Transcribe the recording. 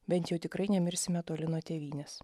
bent jau tikrai nemirsime toli nuo tėvynės